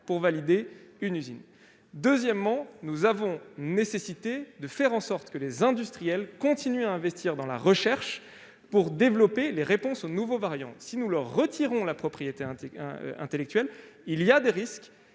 pour « valider » une usine. Ensuite, il est nécessaire que les industriels continuent à investir dans la recherche pour développer des réponses aux nouveaux variants. Si nous leur retirons la propriété intellectuelle, ils risquent